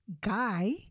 guy